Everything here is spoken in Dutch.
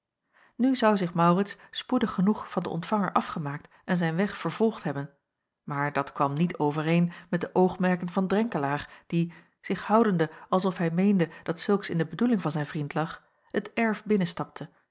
nu zou zich maurits spoedig genoeg van den ontvanger afgemaakt en zijn weg vervolgd hebben maar dat kwam niet overeen met de oogmerken van drenkelaer die zich houdende als of hij meende dat zulks in de bedoeling van zijn vriend lag het erf binnenstapte